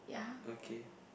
okay